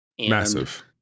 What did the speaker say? massive